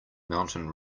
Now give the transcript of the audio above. mountain